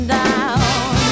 down